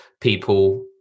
people